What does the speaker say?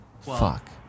Fuck